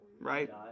right